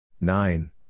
Nine